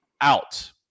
Out